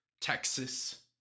Texas